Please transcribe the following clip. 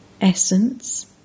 Essence